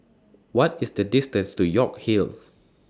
What IS The distance to York Hill